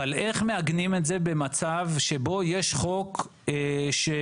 אבל איך מעגנים את זה במצב שבו יש חוק שהוא,